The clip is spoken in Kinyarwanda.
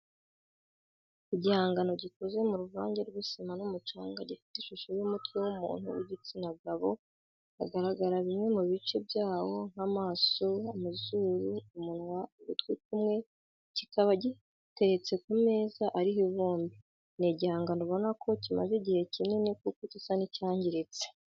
Igihangano gikoze mu ruvange rw'isima n'umucanga gifite ishusho y'umutwe w'umuntu w'igitsina gabo hagaragara bimwe mu bice byawo nk'amaso amazuru, umunwa ugutwi kumwe kikaba giteretse ku meza ariho ivumbi ni igihangano ubona ko kimaze igihe kinini kuko gisa n'icyangiritse.